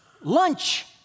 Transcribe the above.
Lunch